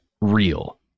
real